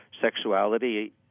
sexuality